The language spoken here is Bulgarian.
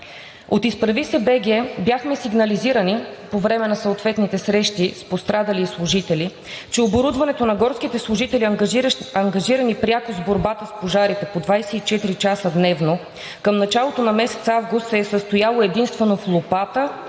От „Изправи се БГ!“ бяхме сигнализирани по време на съответните срещи с пострадали и служители, че оборудването на горските служители, ангажирани пряко в борбата с пожарите по 24 часа дневно, към началото на месец август се е състояло единствено с лопата